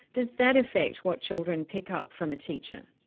does that affect what children pick up from a teacher?